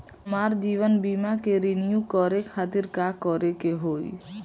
हमार जीवन बीमा के रिन्यू करे खातिर का करे के होई?